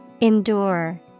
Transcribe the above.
Endure